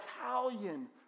Italian